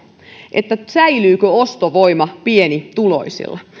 että säilyykö ostovoima pienituloisilla